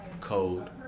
Cold